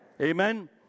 Amen